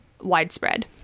widespread